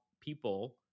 people